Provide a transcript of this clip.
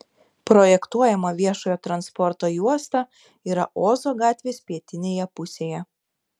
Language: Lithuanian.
projektuojama viešojo transporto juosta yra ozo gatvės pietinėje pusėje